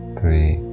three